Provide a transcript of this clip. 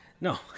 no